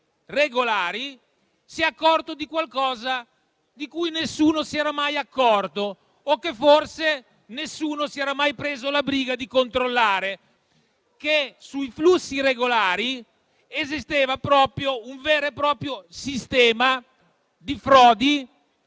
regolari, si è accorto di qualcosa di cui nessuno si era mai accorto, o che forse nessuno si era mai preso la briga di controllare. Sui flussi regolari esisteva un vero e proprio sistema di frodi,